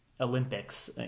Olympics